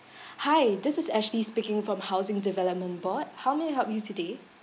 hi this is ashley speaking from housing development board how may I help you today